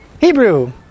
Hebrew